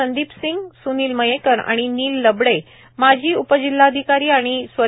संदीप सिंग स्नील मयेकर आणि नील लबडे माजी उपजिल्हाधिकारी आणि स्व